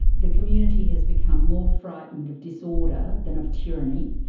the community has become more frightened of disorder than of tyranny,